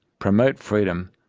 promote freedom,